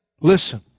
Listen